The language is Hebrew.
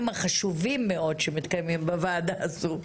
החשובים מאוד שמתקיימים בוועדה הזאת.